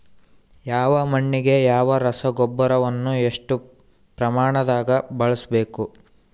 ಯಾವ ಮಣ್ಣಿಗೆ ಯಾವ ರಸಗೊಬ್ಬರವನ್ನು ಎಷ್ಟು ಪ್ರಮಾಣದಾಗ ಬಳಸ್ಬೇಕು?